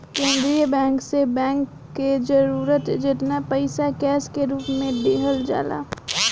केंद्रीय बैंक से बैंक के जरूरत जेतना पईसा कैश के रूप में दिहल जाला